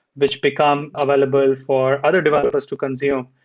which become available for other developers to consume.